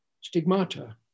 stigmata